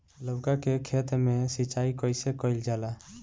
लउका के खेत मे सिचाई कईसे कइल जाला?